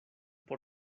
por